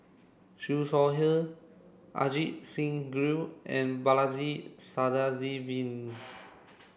Siew Shaw Her Ajit Singh Gill and Balaji Sadasivan